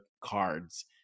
cards